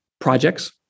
projects